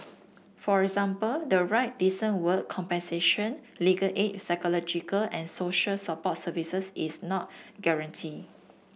for example the right decent work compensation legal aid psychological and social support services is not guaranteed